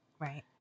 Right